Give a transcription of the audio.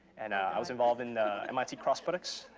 and i was involved in mit cross products,